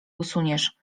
usuniesz